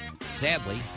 Sadly